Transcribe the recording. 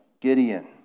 Gideon